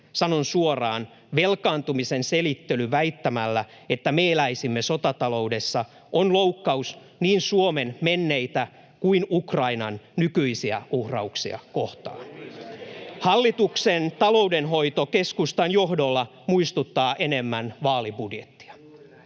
Sanon suoraan: velkaantumisen selittely väittämällä, että me eläisimme nyt sotataloudessa, on loukkaus niin Suomen menneitä kuin Ukrainan nykyisiä uhrauksia kohtaan. [Välihuutoja vasemmalta — Kimmo Kiljunen: On viisastelua,